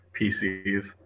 pcs